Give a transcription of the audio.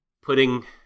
putting